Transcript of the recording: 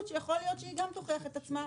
שיכול להיות שהיא גם תוכיח את עצמה.